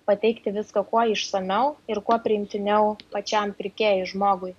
pateikti viską kuo išsamiau ir kuo priimtiniau pačiam pirkėjui žmogui